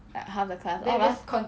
ya half the class all of us